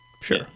Sure